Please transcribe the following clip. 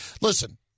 listen